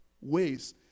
ways